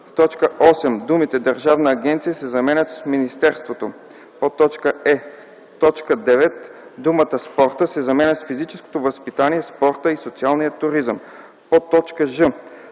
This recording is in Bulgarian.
в т. 8 думите „Държавната агенция” се заменят с „министерството”; е) в т. 9 думата „спорта” се заменя с „физическото възпитание, спорта и социалния туризъм”;